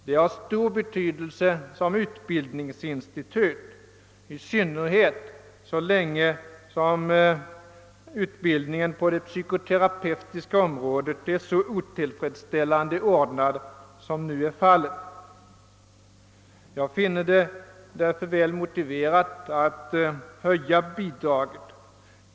Den har stor betydelse som utbildningsinstitut, i synnerhet så länge som utbildningen på det psykoterapeutiska området är så otillfredsställande ordnad, som för närvarande. Mot denna bakgrund finner jag det väl motiverat att höja bidraget.